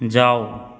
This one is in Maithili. जाउ